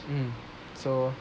mm so